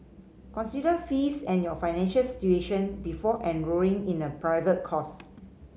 consider fees and your financial situation before enrolling in a private course